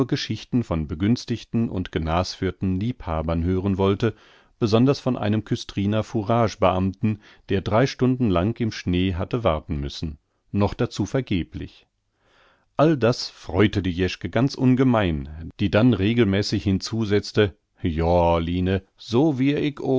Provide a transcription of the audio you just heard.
geschichten von begünstigten und genasführten liebhabern hören wollte besonders von einem küstriner fourage beamten der drei stunden lang im schnee hatte warten müssen noch dazu vergeblich all das freute die jeschke ganz ungemein die dann regelmäßig hinzusetzte joa line so